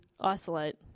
isolate